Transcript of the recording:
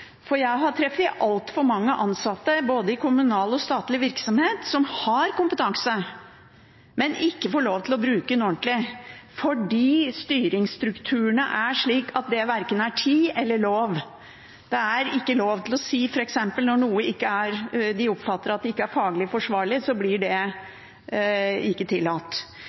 tillit. Jeg har truffet altfor mange ansatte i både kommunal og statlig virksomhet som har kompetanse, men som ikke får lov til å bruke den ordentlig, fordi styringsstrukturene er slik at det verken er tid eller lov. Det er ikke lov til å si noe f.eks. når de oppfatter at noe ikke er faglig forsvarlig. Det blir ikke tillatt,